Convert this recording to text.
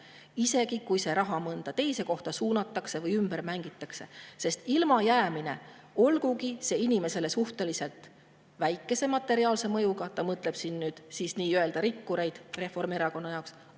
Isegi kui see raha mõnda teise kohta suunatakse või ümber mängitakse. Sest ilmajäämine, olgugi see inimesele suhteliselt väikese materiaalse mõjuga (Ta mõtleb siin nii-öelda rikkureid Reformierakonna jaoks